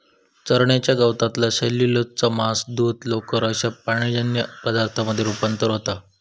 चरण्याच्या गवतातला सेल्युलोजचा मांस, दूध, लोकर अश्या प्राणीजन्य पदार्थांमध्ये रुपांतर होता